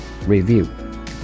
Review